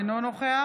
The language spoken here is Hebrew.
אינו נוכח